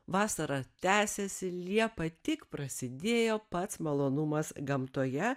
vasara tęsiasi liepa tik prasidėjo pats malonumas gamtoje